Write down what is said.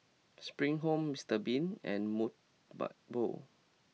Spring Home Mister Bean and Mobot